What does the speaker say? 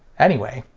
anyway,